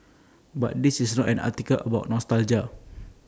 but this is not an article about nostalgia